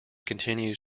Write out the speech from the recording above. continues